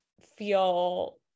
feel